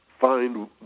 find